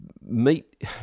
meet